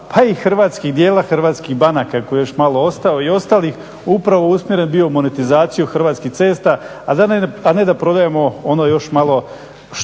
a i hrvatskih dijela hrvatskih banaka koji je još malo ostao i ostalih upravo usmjeren bio u … Hrvatskih cesta, a ne da prodajemo ono još malo što